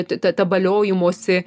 ta tabaliojimosi